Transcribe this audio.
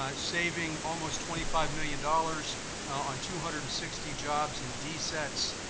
ah saving almost twenty five million dollars on two hundred and sixty jobs and desets.